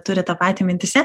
turi tą patį mintyse